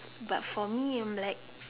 but for me I'm like